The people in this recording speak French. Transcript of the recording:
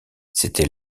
c’était